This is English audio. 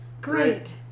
Great